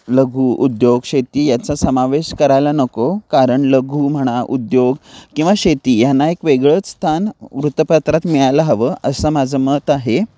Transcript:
लघु उद्योग शेती याचा समावेश करायला नको कारण लघु म्हणा उद्योग किंवा शेती यांना एक वेगळंच स्थान वृत्तपत्रात मिळायला हवं असं माझं मत आहे